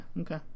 okay